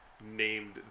named